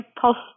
post